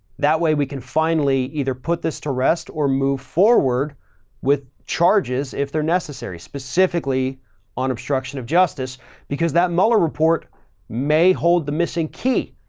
that way we can finally either put this to rest or move forward with charges if they're necessary specifically on obstruction of justice because that mahler report may hold the missing key.